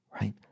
Right